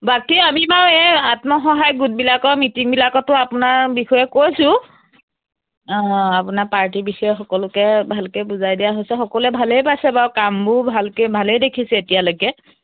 বাকী আমি বাৰু এই আত্মসহায় গোটবিলাকৰ মিটিঙবিলাকতো আপোনাৰ বিষয়ে কৈছোঁ অঁ আপোনাৰ পাৰ্টীৰ বিষয়ে সকলোকে ভালকৈ বুজাই দিয়া হৈছে সকলোৱে ভালেই পাইছে বাৰু কামবোৰ ভালকৈ ভালেই দেখিছে এতিয়ালৈকে